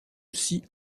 six